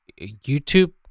YouTube